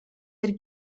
der